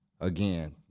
again